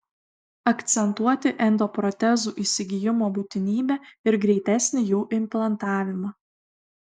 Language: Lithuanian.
akcentuoti endoprotezų įsigijimo būtinybę ir greitesnį jų implantavimą